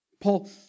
Paul